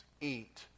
eat